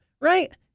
Right